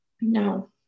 No